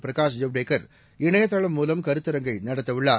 பிரகாஷ் ஜவடேகர் இணையதளம் மூலம் கருத்தரங்கை நடத்தஉள்ளார்